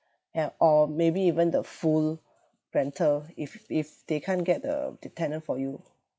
yup or maybe even the full rental if if they can't get the the tenant for you